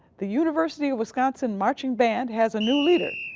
the university of wisconsin marching band has a new leader.